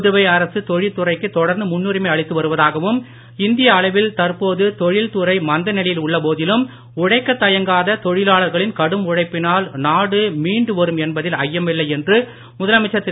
புதுவை அரசுத் தொழிற்துறைக்கு தொடர்ந்து முன்னுரிமை அளித்து வருவதாகவும் இந்திய அளவில் தற்போது தொழில்துறை மந்த நிலையில் உள்ள போதிலும் உழைக்க தயங்காத தொழிலாளர்களின் கடும் உழைப்பினால் நாடு மீண்டு வரும் என்பதில் ஐயமில்லை என்றும் முதலமைச்சர் திரு